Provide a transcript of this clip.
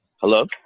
Hello